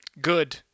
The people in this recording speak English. Good